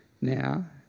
now